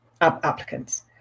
applicants